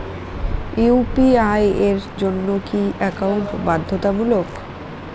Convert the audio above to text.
UPI এর জন্য কি একাউন্ট বাধ্যতামূলক?